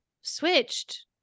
switched